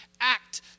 act